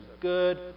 good